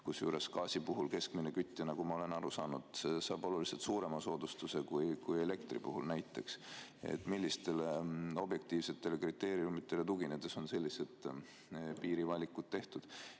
Kusjuures gaasi puhul keskmine kütja, nagu ma olen aru saanud, saab oluliselt suurema soodustuse kui näiteks elektri puhul. Millistele objektiivsetele kriteeriumidele tuginedes on sellised piirivalikud tehtud? Teine